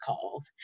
calls